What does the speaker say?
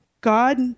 God